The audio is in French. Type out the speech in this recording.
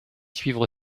suivre